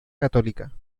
católica